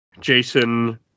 Jason